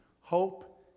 hope